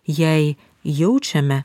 jei jaučiame